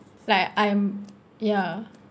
like I'm ya